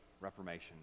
reformation